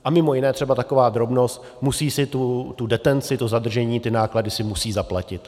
A mimo jiné třeba taková drobnost musí si tu detenci, to zadržení, ty náklady, zaplatit.